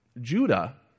Judah